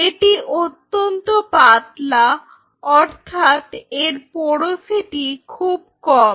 এটি অত্যন্ত পাতলা অর্থাৎ এর পোরোসিটি খুব কম